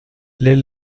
les